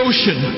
Ocean